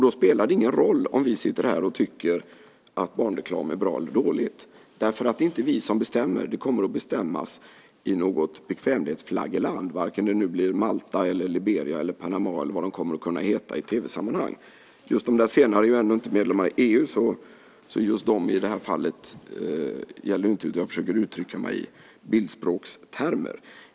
Då spelar det ingen roll om vi sitter här och tycker att barnreklam är bra eller dåligt. Det är inte vi som bestämmer. Det kommer att bestämmas i något bekvämlighetsflaggland - Malta, Liberia, Panama eller vad de kommer att kunna heta i tv-sammanhang. De senare är ju ändå inte medlemmar i EU, så de gäller inte i det här fallet. Men jag försöker uttrycka mig i bildspråkstermer, bara.